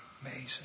Amazing